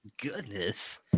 Goodness